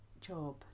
job